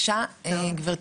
שלום,